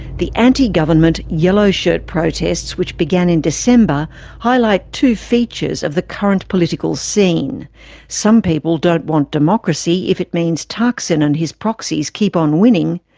the anti-government yellow-shirt protests which began in december highlight two features of the current political scene some people don't want democracy if it means thaksin and his proxies keep on winning,